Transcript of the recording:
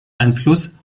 einfluss